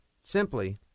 simply